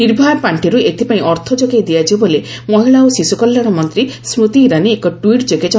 ନିର୍ଭୟା ପାର୍ଷିରୁ ଏଥିପାଇଁ ଅର୍ଥ ଯୋଗାଇ ଦିଆଯିବ ବୋଲି ମହିଳା ଓ ଶିଶୁ କଲ୍ୟାଣ ମନ୍ତ୍ରୀ ସ୍କୃତି ଇରାନୀ ଏକ ଟ୍ୱିଟ୍ ଯୋଗେ ଜଣାଇଛନ୍ତି